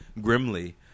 grimly